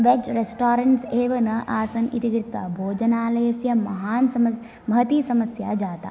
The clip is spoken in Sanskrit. वेज् रेस्टोरेन्टस् एव न आसन् इति कृत्वा भोजनालयस्य महान् समस् महती समस्या जाता